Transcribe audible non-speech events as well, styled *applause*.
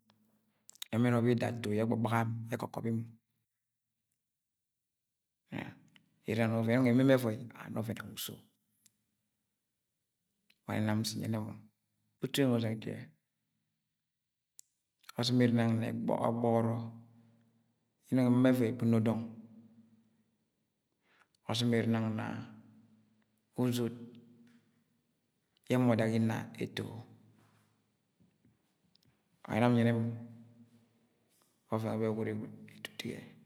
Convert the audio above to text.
. ẹmẹm ọrọk bida aṫo bẹ ẹgbagba ekokobi mọ *hesitation* ere nang na ọvẹn yẹ ẹnọng ẹma emo ẹvọi ana ọvẹn ẹwa uso wa ne nam nse nyẹnẹ moutu eyeng ọzẹng jẹ ọzṫ m ere nang na ọgbọgọrọ yẹ ẹnọng ẹma mọ ẹvọi ẹgbṫno dọng, ọzṫm ere nang na uzod yẹ ẹma ọdak inna eto wa ne nam nyẹnẹ mọ ọvẹn nwẹ gbọgbọri gwud etuto.